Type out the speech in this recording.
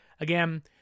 Again